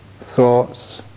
thoughts